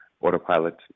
autopilot